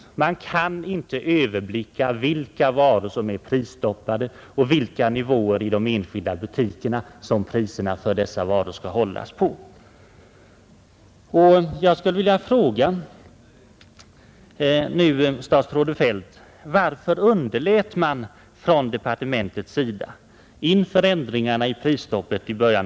Konsumenterna kan inte överblicka vilka varor som är prisstoppade och på vilka nivåer i varje butik som priserna på dessa varor får ligga.